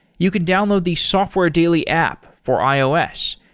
you can download the software daily app for ios.